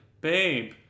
Babe